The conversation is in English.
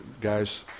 guys